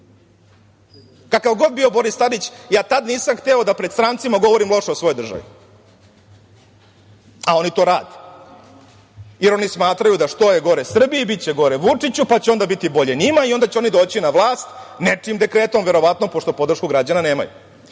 Kakav god bio Boris Tadić, ja tada nisam hteo da pred strancima govorim loše o svojoj državi. Oni to rade jer oni smatraju da što je gore Srbiji, biće gore Vučiću, pa će onda biti bolje njima i onda će oni doći na vlast nečijim dekretom verovatno, pošto podršku građana nemaju. Kada